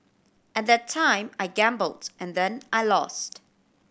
at that time I gambled and then I lost